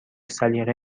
سلیقه